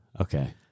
Okay